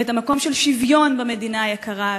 מה המקום של השוויון במדינה היקרה הזאת,